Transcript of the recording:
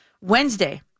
Wednesday